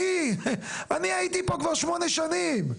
אני הייתי פה כבר שמונה שנים,